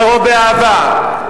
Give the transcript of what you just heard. "בקרוב אהבה".